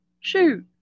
shoot